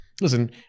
listen